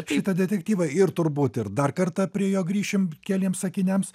šitą detektyvą ir turbūt ir dar kartą prie jo grįšim keliems sakiniams